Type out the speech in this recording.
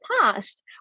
past